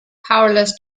powerless